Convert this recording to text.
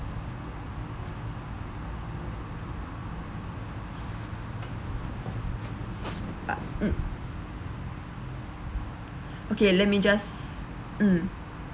but mm okay let me just mm